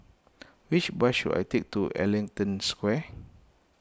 which bus should I take to Ellington Square